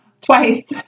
twice